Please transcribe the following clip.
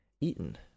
eaten